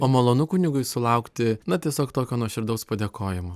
o malonu kunigui sulaukti na tiesiog tokio nuoširdaus padėkojimo